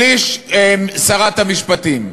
שליש שרת המשפטים.